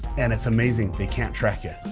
and it's amazing, they can't track you.